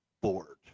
board